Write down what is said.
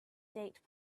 date